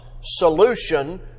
solution